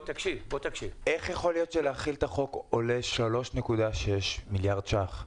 איך יכול להיות שהחלת החוק עולה 3.6 מיליארד שקלים?